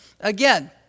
again